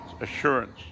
assurance